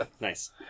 nice